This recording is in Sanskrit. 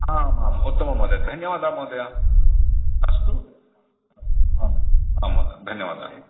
आमाम् उत्तमं महोदय धन्यवादः महोदय अस्तु आम् आं महोदय धन्यवादा